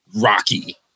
rocky